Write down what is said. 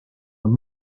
nad